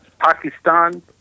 Pakistan